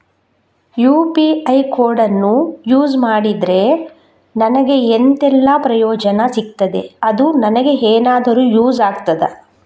UPI ಕೋಡನ್ನು use ಮಾಡಿದ್ರೆ ನನಗೆ ಎಂಥೆಲ್ಲಾ ಪ್ರಯೋಜನ ಸಿಗ್ತದೆ, ಅದು ನನಗೆ ಎನಾದರೂ ಯೂಸ್ ಆಗ್ತದಾ?